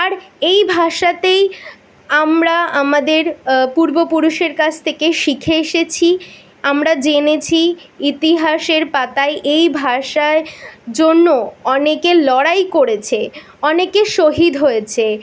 আর এই ভাষাতেই আমরা আমাদের পূর্বপুরুষের কাছ থেকে শিখে এসেছি আমরা জেনেছি ইতিহাসের পাতায় এই ভাষার জন্য অনেকে লড়াই করেছে অনেকে শহীদ হয়েছে